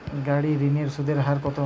গাড়ির ঋণের সুদের হার কতো?